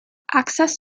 access